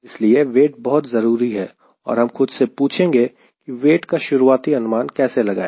इसलिए वेट बहुत जरूरी है और हम खुद से पूछेंगे कि वेट का शुरुआती अनुमान कैसे लगाएं